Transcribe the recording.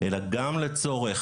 אלא גם לצורך